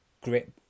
grip